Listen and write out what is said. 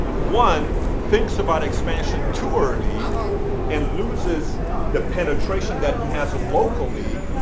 one, thinks about expansion too early and loses the penetration that he has locally,